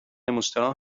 مستراح